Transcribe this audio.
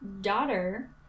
daughter